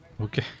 Okay